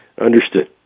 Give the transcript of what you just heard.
Understood